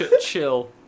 chill